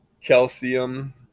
Calcium